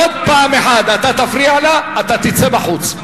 עוד פעם אחת אתה תפריע לה, אתה תצא בחוץ.